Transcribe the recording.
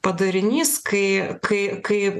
padarinys kai kai kai